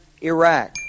Iraq